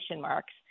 marks